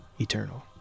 eternal